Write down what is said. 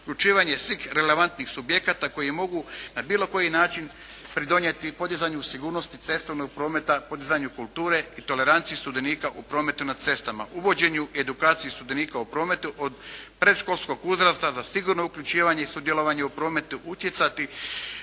uključivanje svih relevantnih subjekata koji mogu na bilo koji način pridonijeti podizanju sigurnosti cestovnog prometa, podizanju kulture i toleranciji sudionika u prometu na cestama, uvođenju edukaciji sudionika u prometu od predškolskog uzrasta za sigurno uključivanje i sudjelovanje u prometu, utjecati